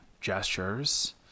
gestures